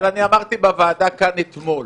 אבל אני אמרתי בוועדה כאן אתמול